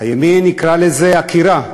הימין יקרא לזה עקירה,